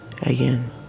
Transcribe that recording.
again